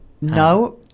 No